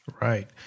Right